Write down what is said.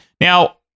Now